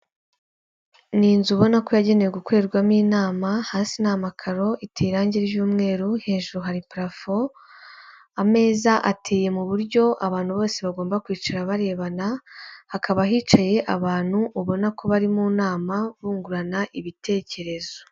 Ni inzu ubona ko yagenewe gukorerwamo inama, hasi nta makaro ita irangi ry'mweru hejuru hari parafo ameza ateye mu buryo abantu bose bagomba kwicara barebana, hakaba hicaye abantu ubona ko bari mu nama bungurana ibitekerezo.